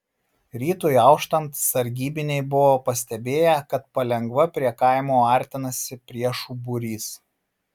rytui auštant sargybiniai buvo pastebėję kad palengva prie kaimo artinasi priešų būrys